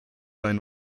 ein